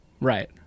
Right